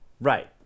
Right